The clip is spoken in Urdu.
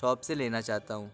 شاپ سے لینا چاہتا ہوں